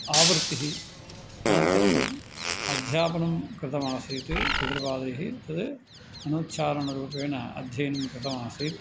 आवृत्तिः अनन्तरम् अध्यापनं कृतमासीत् पितृपादैः तद् अनुच्चारणरूपेण अध्ययनं कृतमासीत्